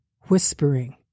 Whispering